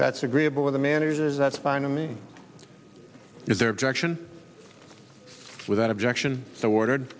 that's agreeable with the managers as that's fine to me is their objection without objection